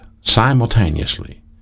simultaneously